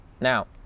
Now